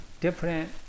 different